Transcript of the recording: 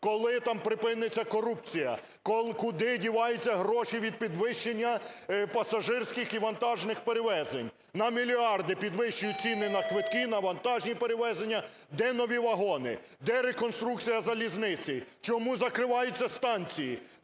Коли там припиниться корупція? Куди діваються гроші від підвищення пасажирських і вантажних перевезень? На мільярди підвищують ціни на квитки, на вантажні перевезення. Де нові вагони? Де реконструкція залізниці? Чому закриваються станції?